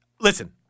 Listen